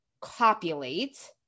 Copulate